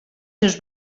seus